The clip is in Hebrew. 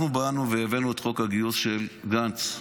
אנחנו באנו והבאנו את חוק הגיוס של גנץ.